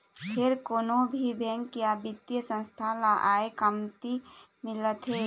फेर कोनो भी बेंक या बित्तीय संस्था ल आय कमती मिलथे